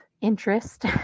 interest